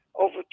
over